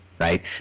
Right